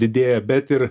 didėja bet ir